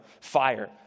fire